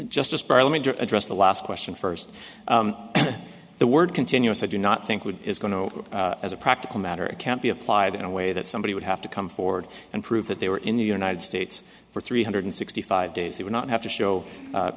to address the last question first the word continuous i do not think wood is going to as a practical matter it can't be applied in a way that somebody would have to come forward and prove that they were in the united states for three hundred sixty five days they would not have to show